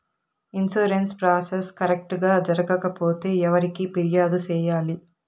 insurance process correct గా జరగకపోతే ఎవరికి ఫిర్యాదు సేయాలి